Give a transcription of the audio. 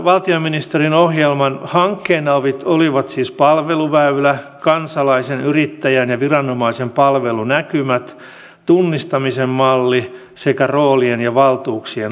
tämän valtiovarainministeriön ohjelman hankkeina olivat siis palveluväylä kansalaisen yrittäjän ja viranomaisen palvelunäkymät tunnistamisen malli sekä roolien ja valtuuksien hallinta